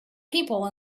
people